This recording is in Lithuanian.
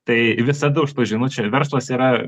tai visada už tų žiniučių ir verslas yra